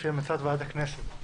לפי המלצת ועדת הכנסת.